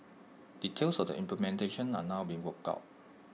details of the implementation are now being worked out